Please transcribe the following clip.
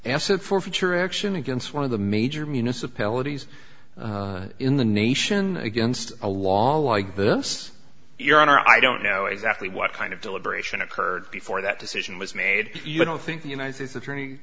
asset forfeiture action against one of the major municipalities in the nation against a law like this your honor i don't know exactly what kind of deliberation occurred before that cision was made you don't think the united states attorney